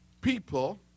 people